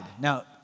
Now